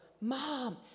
Mom